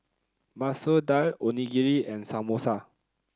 Masoor Dal Onigiri and Samosa